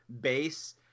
base